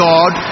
God